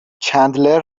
چندلر